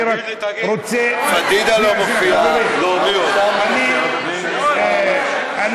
אני רק רוצה, שנייה, חברים.